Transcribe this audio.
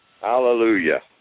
Hallelujah